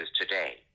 today